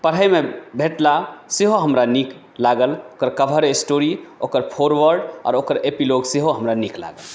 पढ़ैमे भेटला सेहो हमरा नीक लागल ओकर कवर स्टोरी ओकर ओकर फ़ोरवोर्ड ओकर एपिलॉग सेहो हमरा नीक लागल